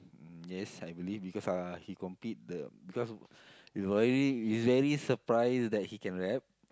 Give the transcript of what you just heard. mm yes I believe because uh he complete the because he's very he's very surprised that he can rap